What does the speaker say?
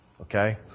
Okay